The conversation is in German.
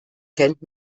kennt